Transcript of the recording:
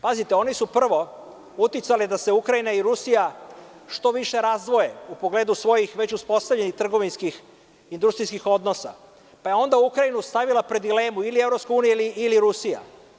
Pazite, oni su prvo uticali da se Ukrajina i Rusija što više razdvoje u pogledu svojih već uspostavljenih trgovinskih industrijskih odnosa, pa su onda Ukrajinu stavili pred dilemu – ili EU ili Rusija?